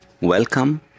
Welcome